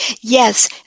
Yes